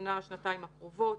בשנה שנתיים הקרובות.